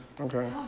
Okay